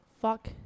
fuck